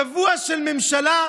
שבוע של ממשלה,